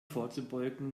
vorzubeugen